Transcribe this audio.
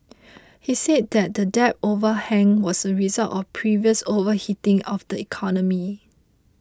he said that the debt overhang was a result of previous overheating of the economy